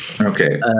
Okay